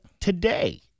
today